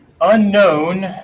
unknown